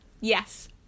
Yes